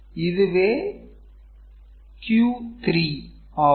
இது q3 ஆகும்